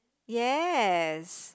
yes